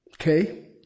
Okay